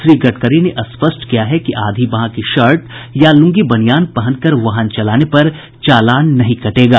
श्री गडकरी ने स्पष्ट किया है कि आधी बांह की शर्ट या लूंगी बनियान पहन कर वाहन चलाने पर चालान नहीं कटेगा